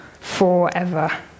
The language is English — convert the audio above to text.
forever